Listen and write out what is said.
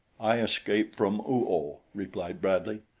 i escaped from oo-oh, replied bradley.